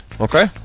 okay